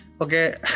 Okay